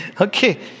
Okay